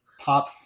top